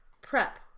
prep